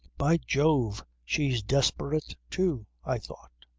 by jove she's desperate too, i thought.